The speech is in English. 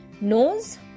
Nose